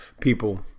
People